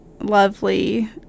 lovely